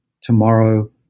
tomorrow